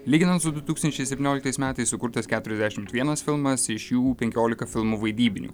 lyginant su du tūkstančiai septynioliktais metais sukurtas keturiasdešim vienas filmas iš jų penkiolika filmų vaidybinių